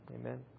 Amen